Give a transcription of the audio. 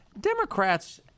democrats